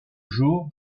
jour